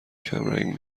کمرنگ